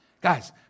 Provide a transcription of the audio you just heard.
Guys